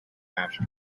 cash